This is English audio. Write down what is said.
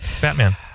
Batman